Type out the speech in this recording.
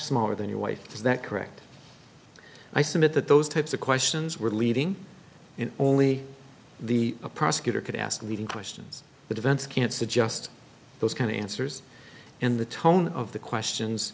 smaller than your wife is that correct i submit that those types of questions were leading only the prosecutor could ask leading questions the defense can suggest those kind of answers in the tone of the questions